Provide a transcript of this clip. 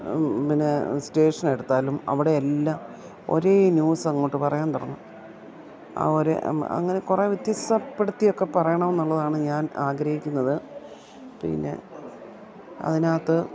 പിന്നെ സ്റ്റേഷനെടുത്താലും അവിടെയെല്ലാം ഒരേ ന്യൂസങ്ങോട്ട് പറയാൻ തുടങ്ങും ആ ഒരേ അങ്ങനെ കുറേ വ്യത്യസ്തപ്പെടുത്തിയൊക്കെ പറയണമെന്നുള്ളതാണ് ഞാൻ ആഗ്രഹിക്കുന്നത് പിന്നെ അതിനകത്ത്